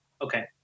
Okay